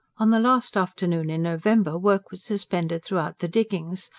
on the last afternoon in november work was suspended throughout the diggings,